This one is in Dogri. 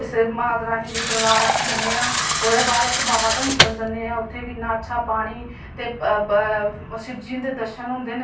इस माता रानी दे दरबार अस जन्ने आं ओह्दे बाद अस बावा डनसर जन्ने आं उत्थै बी इन्ना शैल पानी ते शिव जी हुंदे दर्शन होंदे न